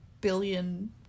billion